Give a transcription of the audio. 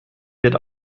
wird